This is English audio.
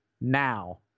now